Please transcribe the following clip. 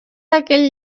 aquell